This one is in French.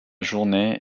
journée